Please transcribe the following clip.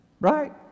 Right